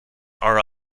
are